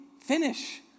finish